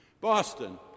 Boston